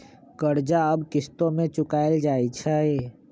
कर्जा अब किश्तो में चुकाएल जाई छई